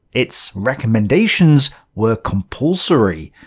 its recommendations were compulsory,